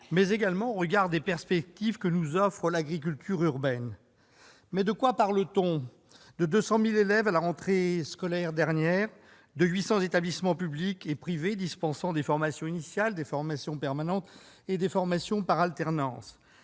sommes confrontés comme des perspectives que nous offre l''agriculture urbaine. Nous parlons de 200 000 élèves à la rentrée scolaire dernière, accueillis au sein de 800 établissements publics et privés dispensant des formations initiales, des formations permanentes et des formations par alternance.